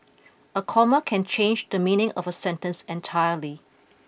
a comma can change the meaning of a sentence entirely